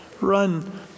Run